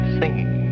singing